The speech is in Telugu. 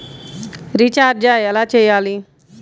రిచార్జ ఎలా చెయ్యాలి?